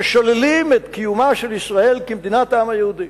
ששוללים את קיומה של ישראל כמדינת העם היהודי.